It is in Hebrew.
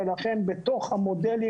לכן בתוך המודל,